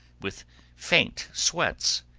with faint sweats,